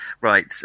right